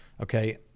Okay